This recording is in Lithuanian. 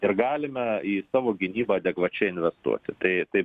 ir galime į savo gynybą adekvačiai investuoti tai taip